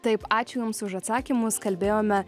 taip ačiū jums už atsakymus kalbėjome